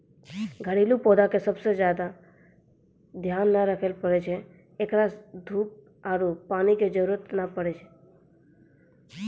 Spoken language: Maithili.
घरेलू पौधा के ज्यादा ध्यान नै रखे पड़ै छै, एकरा ज्यादा धूप आरु पानी के जरुरत नै पड़ै छै